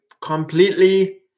completely